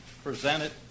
presented